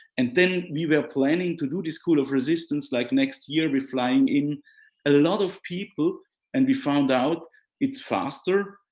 and then we were planning to do the school of resistance like next year, we're flying in a lot of people and we found out it's faster,